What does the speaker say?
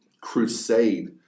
crusade